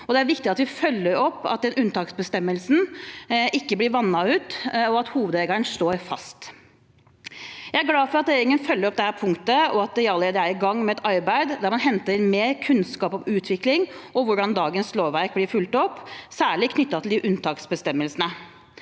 Det er viktig at vi følger opp at den unntaksbestemmelsen ikke blir vannet ut, og at hovedregelen står fast. Jeg er glad for at regjeringen følger opp dette punktet, og at den allerede er i gang med et arbeid der man henter inn mer kunnskap om utviklingen og hvordan dagens lovverk blir fulgt opp, særlig knyttet til unntaksbestemmelsene.